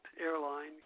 airline